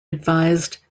advised